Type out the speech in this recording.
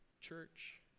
church